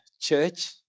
church